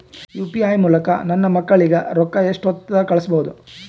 UPI ಮೂಲಕ ನನ್ನ ಮಕ್ಕಳಿಗ ರೊಕ್ಕ ಎಷ್ಟ ಹೊತ್ತದಾಗ ಕಳಸಬಹುದು?